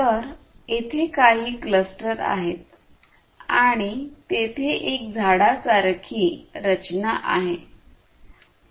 तर तेथे काही क्लस्टर आहे आणि तेथे एक झाडासारखी रचना आहे